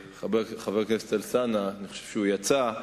חבר הכנסת אלסאנע, אני חושב שהוא יצא,